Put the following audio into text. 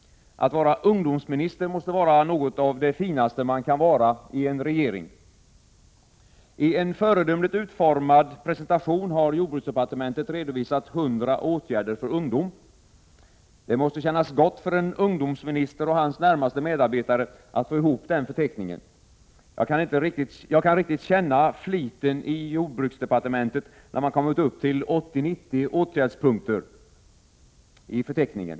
Att vara ungdomsminister måste vara något av det finaste man kan vara i en regering. I en föredömligt utformad presentation har jordbruksdepartementet redovisat ”100 åtgärder för ungdom”. Det måste kännas gott för en ungdomsminister och hans närmaste medarbetare att få ihop den förteckningen. Jag kan riktigt känna fliten i jordbruksdepartementet, när man kommit upp till 80—90 åtgärdspunkter i förteckningen.